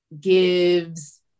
gives